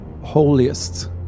holiest